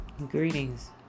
Greetings